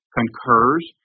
concurs